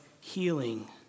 healing